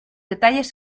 detalles